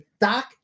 Doc